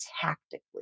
tactically